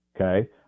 okay